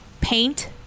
paint